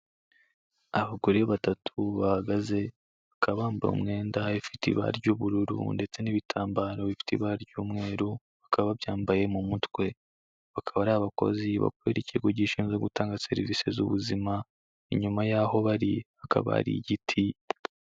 Abagore batatu bahagaze, bakaba bambaye umwenda ufite ibara ry'ubururu ndetse n'ibitambararo bifite ibara ry'umweru, bakaba babyambaye mu mutwe. Bakaba ari abakozi bakorera ikigo gishinzwe gutanga serivisi z'ubuzima, inyuma yaho bari hakaba hari igiti.